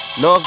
no